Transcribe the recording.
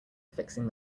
fixing